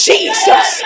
Jesus